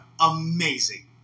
Amazing